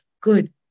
Good